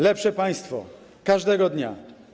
Lepsze państwo każdego dnia.